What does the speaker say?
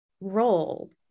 role